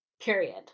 period